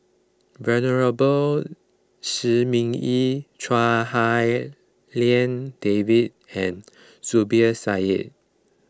Venerable Shi Ming Yi Chua Hak Lien Dave and Zubir Said